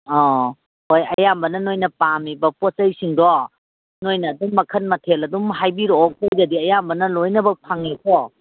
ꯑꯧ ꯍꯣꯏ ꯑꯌꯥꯝꯕꯅ ꯅꯣꯏꯅ ꯄꯥꯝꯃꯤꯕ ꯄꯣꯠ ꯆꯩꯁꯤꯡꯗꯣ ꯅꯣꯏꯅ ꯑꯗꯨꯝ ꯃꯈꯜ ꯃꯊꯦꯜ ꯑꯗꯨꯝ ꯍꯥꯏꯕꯤꯔꯛꯑꯣ ꯑꯩꯈꯣꯏꯗꯗꯤ ꯑꯌꯥꯝꯕꯅ ꯂꯣꯏꯅꯃꯛ ꯐꯪꯉꯤꯀꯣ